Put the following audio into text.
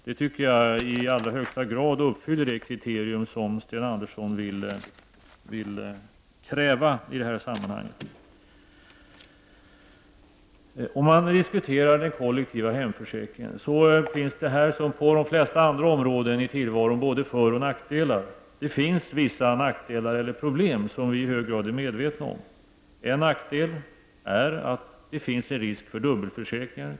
Det tycker jag i allra högsta grad uppfyller det kriterium som Sten Andersson vill kräva i detta sammanhang. Om vi nu diskuterar den kollektiva hemförsäkringen kan vi konstatera att det här som på de allra flesta områden i tillvaron finns både föroch nackdelar. Det finns också vissa problem som vi i hög grad är medvetna om. En nackdel är att det finns risk för dubbelförsäkring.